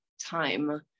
time